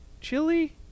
chili